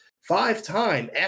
five-time